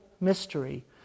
mystery